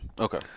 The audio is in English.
Okay